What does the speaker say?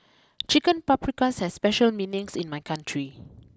Chicken Paprikas has special meanings in my country